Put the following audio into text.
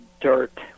dirt